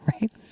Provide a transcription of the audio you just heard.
right